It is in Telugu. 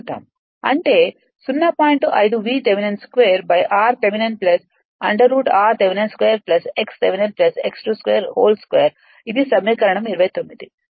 5 V Thevenin 2 r Thevenin √ r థెవెనిన్2 x థెవెనిన్ x 22 2 ఇది సమీకరణం 29